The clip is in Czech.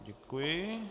Děkuji.